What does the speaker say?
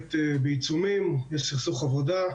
נוקט בעיצומים, יש סכסוך עבודה,